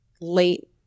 late